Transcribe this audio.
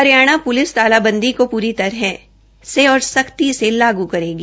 Haryana police तालाबंदी को पूरी तरह से सख्ती से लागू करेगी